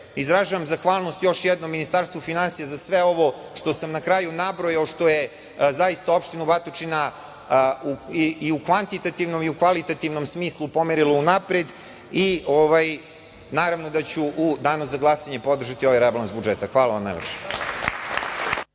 izražavam zahvalnost još jednom Ministarstvu finansija za sve ovo što sam na kraju nabrojao, što je zaista opštinu Batočina i u kvantitativnom i u kvalitativnom smislu pomerilo unapred. Naravno, da ću u danu za glasanje podržati ovaj rebalans budžeta. Hvala vam najlepše.